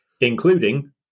including